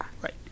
Right